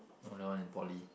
oh the one in poly